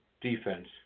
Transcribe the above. defense